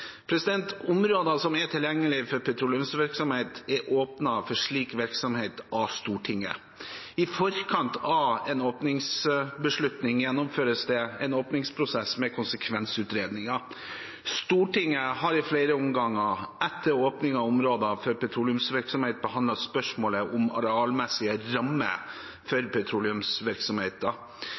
Områder som er tilgjengelige for petroleumsvirksomhet, er åpnet for slik virksomhet av Stortinget. I forkant av en åpningsbeslutning gjennomføres det en åpningsprosess med konsekvensutredninger. Stortinget har i flere omganger etter åpning av områder for petroleumsvirksomhet behandlet spørsmålet om arealmessige rammer for petroleumsvirksomheten.